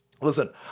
Listen